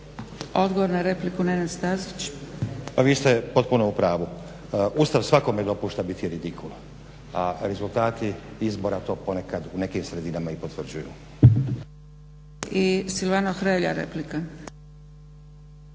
Odgovor na repliku, Nenad Stazić. **Stazić, Nenad (SDP)** Vi ste potpuno u pravu. Ustav svakome dopušta biti redikul, a rezultati izbora to ponekad u nekim sredinama i potvrđuju. **Zgrebec, Dragica